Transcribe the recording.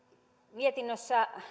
mietinnössä